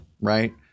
right